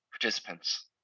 participants